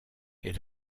est